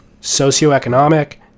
socioeconomic